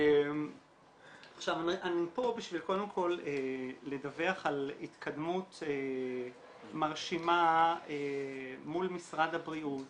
אני פה בשביל קודם כל לדווח על התקדמות מרשימה מול משרד הבריאות